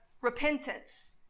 repentance